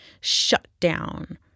shutdown